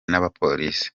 n’abapolisi